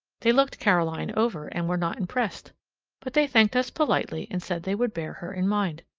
they looked caroline over, and were not impressed but they thanked us politely, and said they would bear her in mind.